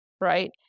right